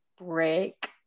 break